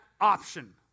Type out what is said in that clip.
option